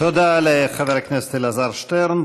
תודה לחבר הכנסת אלעזר שטרן.